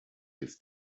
his